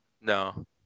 No